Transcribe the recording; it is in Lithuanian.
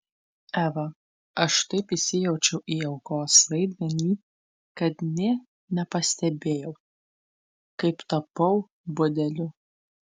eva aš taip įsijaučiau į aukos vaidmenį kad nė nepastebėjau kaip tapau budeliu